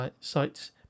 sites